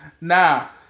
Now